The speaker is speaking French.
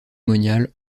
monial